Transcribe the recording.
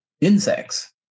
insects